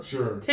Sure